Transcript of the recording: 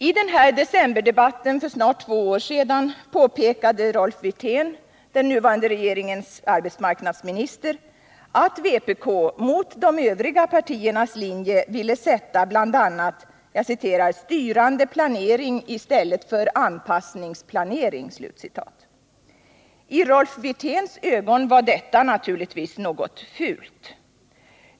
I den här decemberdebatten för snart två år sedan påpekade Rolf Wirtén, den nuvarande regeringens arbetsmarknadsminister, att vpk mot de övriga partiernas linje ville sätta bl.a. ”styrande planering i stället för anpassningsplanering”. I Rolf Wirténs ögon var detta naturligtvis något fult.